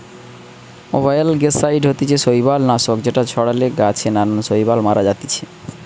অয়েলগেসাইড হতিছে শৈবাল নাশক যেটা ছড়ালে গাছে নানান শৈবাল মারা জাতিছে